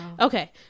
Okay